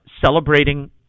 celebrating